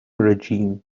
regime